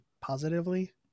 positively